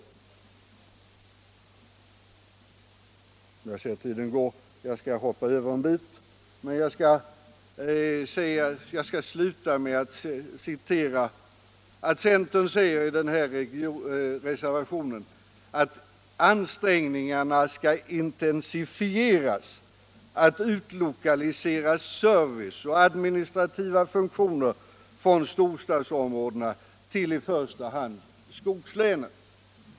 — Jag ser nu, herr talman, att tiden går, och jag skall därför hoppa över en del av vad jag hade tänkt säga och i stället sluta med att återge vad centern skriver i sin motion, nämligen att ansträngningarna skall intensifieras att utlokalisera service och administrativa funktioner från storstadsområdena till i första hand skogslänen.